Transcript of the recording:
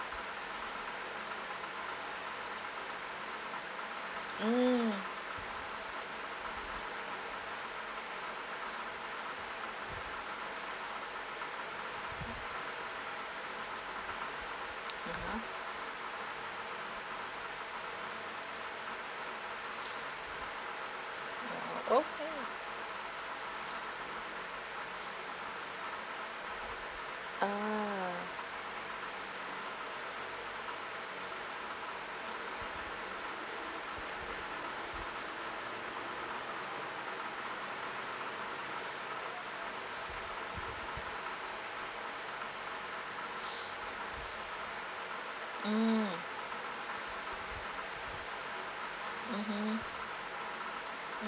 mm ya okay uh mm mmhmm